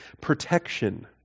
protection